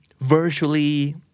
virtually